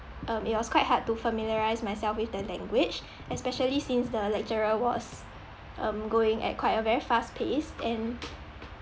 um it was quite hard to familiarise myself with the language especially the lecturer was um going at quite a very fast pace and